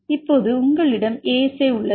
இப்போது உங்களிடம் ASA உள்ளது